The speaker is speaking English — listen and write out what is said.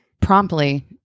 promptly